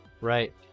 right